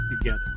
together